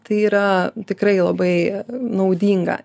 tai yra tikrai labai naudinga